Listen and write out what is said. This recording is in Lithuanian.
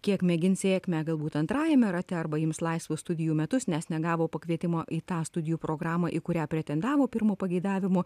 kiek mėgins sėkmę galbūt antrajame rate arba ims laisvus studijų metus nes negavo pakvietimo į tą studijų programą į kurią pretendavo pirmu pageidavimu